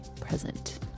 present